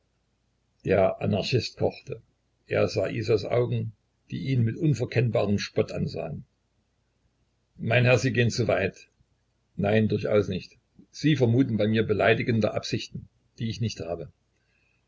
der anarchist kochte er sah isas augen die ihn mit unverkennbarem spott ansahen mein herr sie gehen zu weit nein durchaus nicht sie vermuten bei mir beleidigende absichten die ich nicht habe